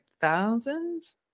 thousands